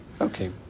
Okay